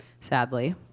sadly